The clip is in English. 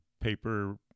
paper